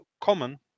common